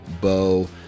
bow